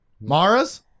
Mara's